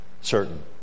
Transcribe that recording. certain